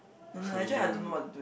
oh no